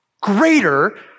greater